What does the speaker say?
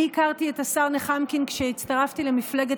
אני הכרתי את השר נחמקין כשהצטרפתי למפלגת